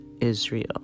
Israel